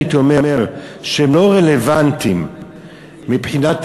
הייתי אומר שהם לא רלוונטיים מבחינת